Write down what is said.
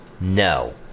no